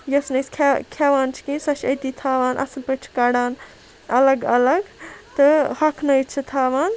یۄس نہٕ أسۍ کھیٚوان چھِ کِہیٖنۍ سۄ چھِ أتی تھاوان اَصل پٲٹھۍ چھِ کَڑان اَلَگ اَلَگ تہٕ ہۄکھنٲیِتھ چھِ تھاوان